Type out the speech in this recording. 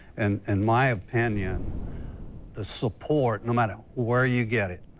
and and my opinion the support no matter where you get it,